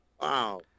Wow